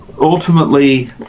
Ultimately